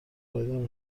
پایدار